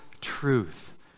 truth